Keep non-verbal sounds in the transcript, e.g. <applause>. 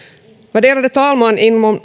värderade talman inom <unintelligible>